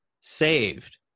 saved